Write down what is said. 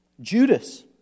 Judas